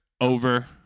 over